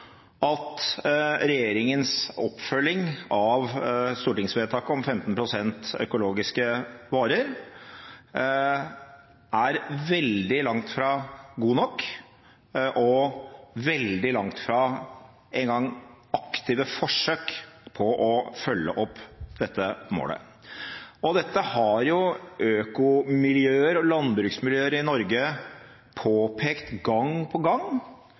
at regjeringens oppfølging av stortingsvedtaket om 15 pst. økologiske varer er veldig langt fra god nok og veldig langt fra engang aktive forsøk på å følge opp dette målet. Dette har økomiljøer og landbruksmiljøer i Norge påpekt gang på gang